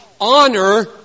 honor